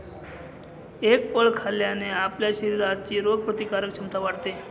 egg फळ खाल्ल्याने आपल्या शरीराची रोगप्रतिकारक क्षमता वाढते